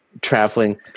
traveling